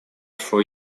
four